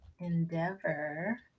endeavor